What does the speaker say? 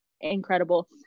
incredible